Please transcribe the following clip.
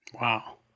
Wow